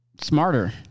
smarter